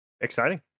Exciting